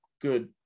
good